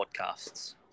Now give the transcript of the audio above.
podcasts